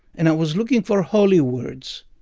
and i was looking for holy words.